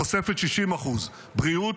תוספת 60%; בריאות,